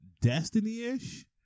Destiny-ish